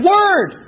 Word